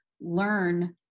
learn